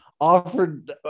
offered